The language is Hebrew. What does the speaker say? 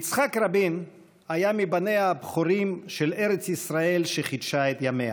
יצחק רבין היה מבניה הבכורים של ארץ ישראל שחידשה את ימיה.